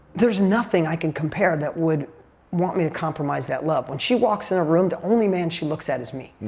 there's nothing i can compare that would want me to compromise that love. when she walks in a room, the only man she looks at is me.